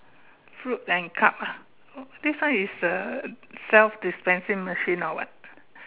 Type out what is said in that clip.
fruit and cup ah this one is a self dispensing machine or what